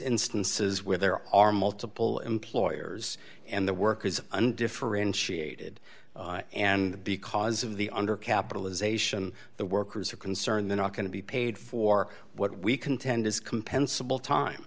instances where there are multiple employers and the work is undifferentiated and because of the under capitalization the workers are concerned they're not going to be paid for what we contend